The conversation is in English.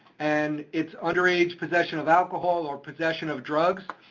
and it's underage possession of alcohol or possession of drugs,